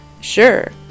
Sure